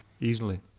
easily